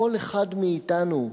"וכל אחד מאתנו,